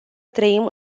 trăim